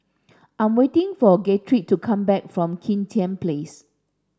I'm waiting for Guthrie to come back from Kim Tian Place